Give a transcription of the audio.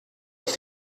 auf